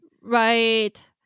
Right